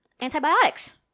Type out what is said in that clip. Antibiotics